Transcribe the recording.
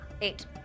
Eight